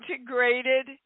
integrated